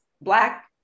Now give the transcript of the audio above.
Black